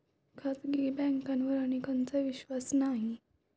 खाजगी बँकांवर अनेकांचा विश्वास नाही